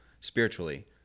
spiritually